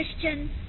Christian